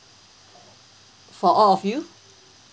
for all of you